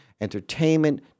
entertainment